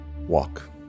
walk